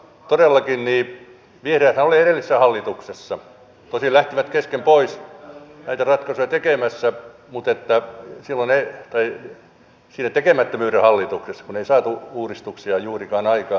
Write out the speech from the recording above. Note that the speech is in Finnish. todellakin vihreäthän olivat edellisessä hallituksessa tosin lähtivät kesken pois näitä ratkaisuja tekemässä mutta siinä tekemättömyyden hallituksessa kun ei saatu uudistuksia juurikaan aikaan